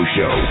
Show